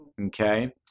Okay